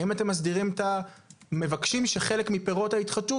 האם אתם מבקשים שחלק מפירות ההתחדשות